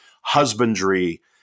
husbandry